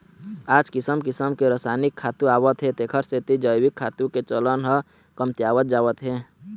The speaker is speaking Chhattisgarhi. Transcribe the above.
आज किसम किसम के रसायनिक खातू आवत हे तेखर सेती जइविक खातू के चलन ह कमतियावत जावत हे